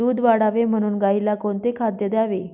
दूध वाढावे म्हणून गाईला कोणते खाद्य द्यावे?